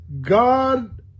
God